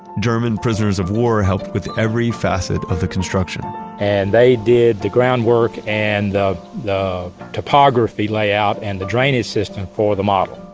german prisoners of war helped with every facet of the construction and they did the groundwork and the the typography layout and the drainage system for the model.